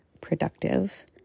productive